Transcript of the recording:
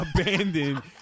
abandoned